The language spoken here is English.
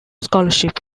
scholarship